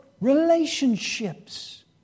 Relationships